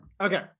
Okay